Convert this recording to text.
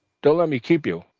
don't let me keep you,